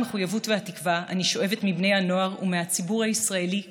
המחויבות והתקווה אני שואבת מבני הנוער ומהציבור הישראלי כולו,